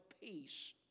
peace